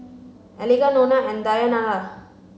Eliga Nona and Dayanara